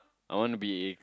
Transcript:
I wanna be